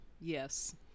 Yes